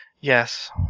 Yes